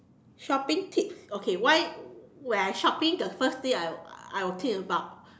shopping tips okay why when I shopping the first thing I I will think about